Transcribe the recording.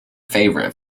favorite